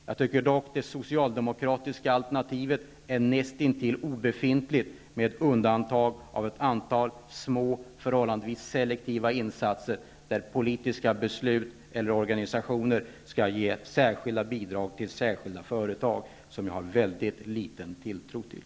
Jag tycker att det socialdemokratiska alternativet är näst intill obefintligt, med undantag av ett antal förhållandevis små selektiva insatser, där politiska beslut eller organ kan ge särskilda bidrag till särskilda företag, något som jag har ytterst liten tilltro till.